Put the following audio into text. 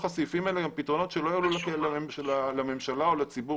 הסעיפים האלה גם פתרונות שלא יעלו כסף לממשלה או לציבור.